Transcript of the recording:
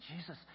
Jesus